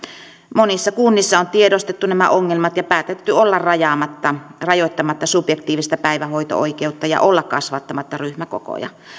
monissa kunnissa on tiedostettu nämä ongelmat ja päätetty olla rajoittamatta rajoittamatta subjektiivista päivähoito oikeutta ja olla kasvattamatta ryhmäkokoja